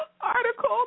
article